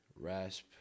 Rasp